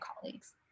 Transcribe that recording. colleagues